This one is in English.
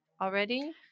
already